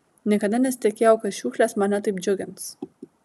niekada nesitikėjau kad šiukšlės mane taip džiugins